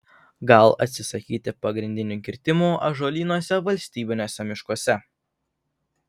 gal atsisakyti pagrindinių kirtimų ąžuolynuose valstybiniuose miškuose